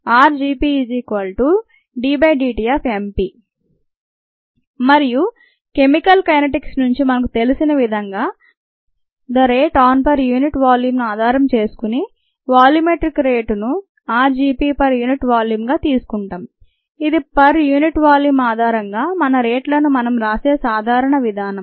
rgPddt మరియు chemical kinetics నుంచి మనకు తెలిసిన విధంగా the rate on per unit volume ను ఆధారం చేసుకుని వాల్యూమెట్రిక్ రేట్ను r g P per unit వాల్యూమ్గా తీసుకుంటాం ఇది పర్ యూనిట్ వాల్యూం ఆధారంగా మన రేట్లను మనం రాసే సాధారణ విధానం